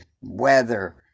weather